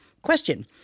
Question